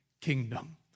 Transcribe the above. kingdom